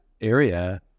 area